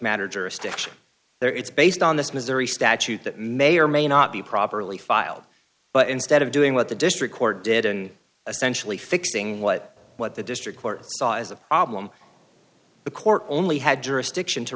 matter jurisdiction there it's based on this missouri statute that may or may not be properly filed but instead of doing what the district court did in essential a fixing what what the district court saw as a problem the court only had jurisdiction to